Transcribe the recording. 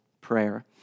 Prayer